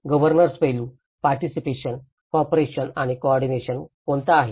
governance पैलू participation cooperation आणि coordination कोणता आहे